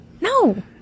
No